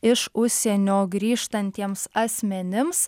iš užsienio grįžtantiems asmenims